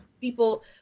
people